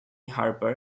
harper